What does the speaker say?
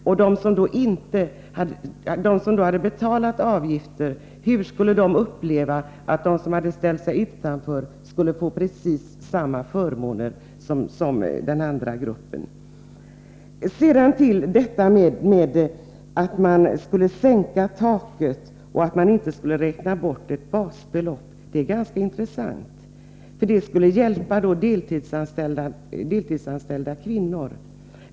Det ifrågasattes hur de som då hade betalat avgifterna skulle uppleva att de som hade ställt sig utanför skulle få precis samma förmåner som den andra gruppen. Sedan till förslaget att man skulle sänka taket i stället för att räkna bort ett basbelopp. Det skulle hjälpa deltidsanställda kvinnor, säger man.